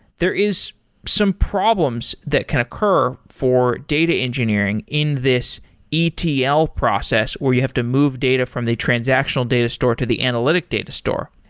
there is some problems that can occur for data engineering in this etl process where you have to move data from the transactional data store to the analytic data store,